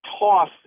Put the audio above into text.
toss